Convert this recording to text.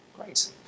Great